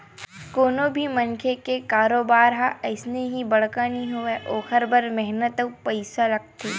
कोनो भी मनखे के कारोबार ह अइसने ही बड़का नइ होवय ओखर बर मेहनत अउ पइसा लागथे